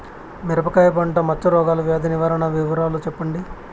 మిరపకాయ పంట మచ్చ రోగాల వ్యాధి నివారణ వివరాలు చెప్పండి?